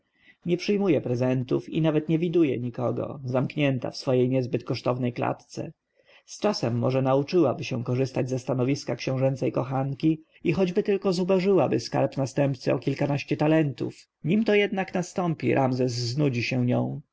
nie przyjmuje prezentów i nawet nie widuje nikogo zamknięta w swojej niezbyt kosztownej klatce zczasem może nauczyłaby się korzystać ze stanowiska książęcej kochanki i choćby tylko zubożyć skarb następcy o kilkanaście talentów nim to jednak nastąpi ramzes znudzi się nią